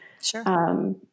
Sure